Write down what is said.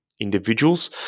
individuals